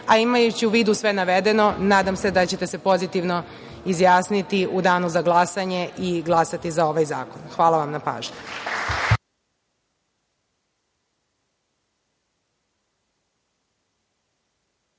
a imajući u vidu sve navedeno, nadam se da ćete se pozitivno izjasniti u danu za glasanje i glasati za ovaj zakon. Hvala vam na pažnji.